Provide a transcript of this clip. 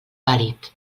vàlid